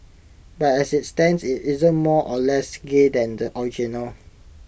but as IT stands IT isn't more or less gay than the original